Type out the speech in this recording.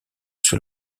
sur